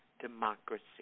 democracy